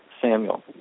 Samuel